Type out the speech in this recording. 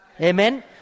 Amen